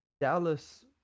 Dallas